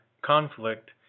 Conflict